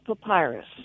papyrus